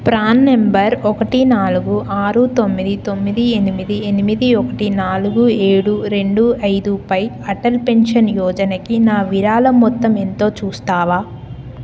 PRAN number ఒకటి నాలుగు ఆరు తొమ్మిది తొమ్మిది ఎనిమిది ఎనిమిది ఒకటి నాలుగు ఏడు రెండు ఐదు పై అటల్ పెన్షన్ యోజనకి నా విరాళం మొత్తం ఎంతో చూస్తావా